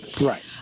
Right